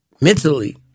mentally